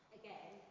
again